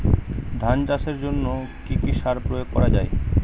ধান চাষের জন্য কি কি সার প্রয়োগ করা য়ায়?